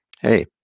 hey